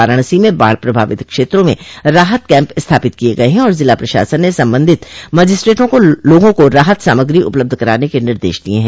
वाराणसी में बाढ़ प्रभावित क्षेत्रों में राहत कैम्प स्थापित किये गये हैं और जिला प्रशासन ने संबंधित मजिस्ट्रेटों को लोगों को राहत सामग्री उपलब्ध कराने के निर्देश दिये हैं